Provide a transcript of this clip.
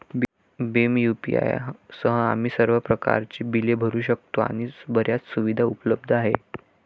Bhim UPI सह, आम्ही सर्व प्रकारच्या बिले भरू शकतो आणि बर्याच सुविधा उपलब्ध आहेत